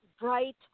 bright